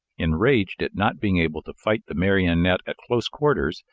enraged at not being able to fight the marionette at close quarters,